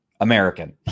American